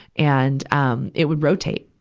and, um, it would rotate,